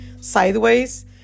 sideways